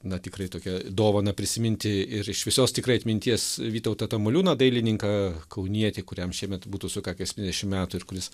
na tikrai tokią dovaną prisiminti ir iš visos tikrai atminties vytautą tamoliūną dailininką kaunietį kuriam šiemet būtų sukakę septyniasdešim metų ir kuris